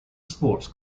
sports